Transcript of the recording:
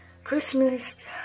Christmas